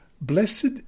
Blessed